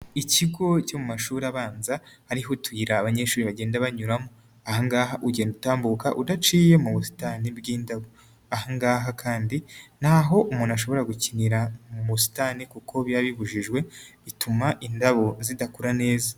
Ikigo cyo mu mashuri abanza ariho utuyira abanyeshuri bagenda banyuramo, ahangaha ugenda utambuka udaciye mu busitani bw'indabo, ahangaha kandi ni aho umuntu ashobora gukinira mu busitani kuko biba bibujijwe, bituma indabo zidakura neza.